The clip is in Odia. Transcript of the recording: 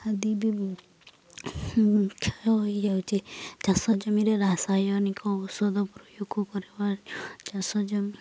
ଆଦି କ୍ଷୟ ହୋଇଯାଉଛି ଚାଷ ଜମିରେ ରାସାୟନିକ ଔଷଧ ପ୍ରୟୋଗ କରିବା ଚାଷ ଜମି